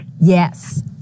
Yes